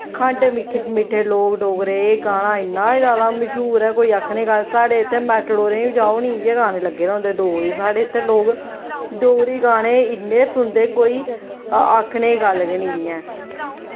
खंड मिट्ठे लोग डोगरे एह् गाना इ'न्ना ज्यादा मश्हूर ऐ कोई आखने दी गल्ल नी साढ़े इत्थें मैटाडोरें च बी जाओ नी इयै गाने लग्गे दे होंदे डोगरी साढ़े इत्थें लोग डोगरी गाने इन्ने सुनदे कोई आक्खने दी गल्ल गै नेईं ऐ